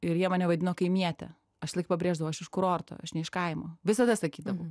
ir jie mane vadino kaimiete aš visąlaik pabrėždavo aš iš kurorto aš ne iš kaimo visada sakydavau